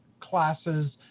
classes